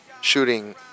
shooting